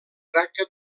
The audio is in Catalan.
tracta